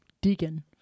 Deacon